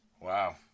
Wow